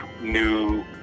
new